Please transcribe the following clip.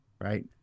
right